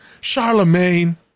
Charlemagne